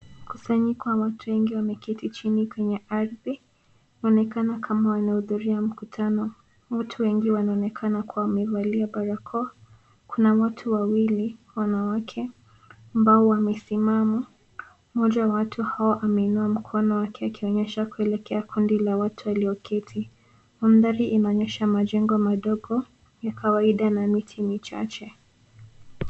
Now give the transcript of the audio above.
Kusanyiko ya watu wengi wameketi chini kwenye ardhi wanaonekana kama wanahudhuria mkutano. Watu wengi wanaonekana kuwa wamevalia barakoa. Kuna watu wawili wanawake ambao wamesimama. Mmoja wa watu hawa ameinua mkono wake akionyesha kuelekea kundi la watu walioketi. Mandhari inaonyesha majengo madogo ya kawaida na miti michache.